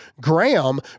Graham